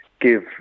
give